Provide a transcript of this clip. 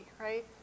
right